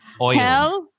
Oil